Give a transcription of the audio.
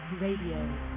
Radio